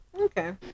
Okay